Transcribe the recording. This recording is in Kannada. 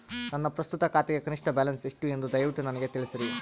ನನ್ನ ಪ್ರಸ್ತುತ ಖಾತೆಗೆ ಕನಿಷ್ಠ ಬ್ಯಾಲೆನ್ಸ್ ಎಷ್ಟು ಎಂದು ದಯವಿಟ್ಟು ನನಗೆ ತಿಳಿಸ್ರಿ